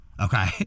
Okay